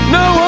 no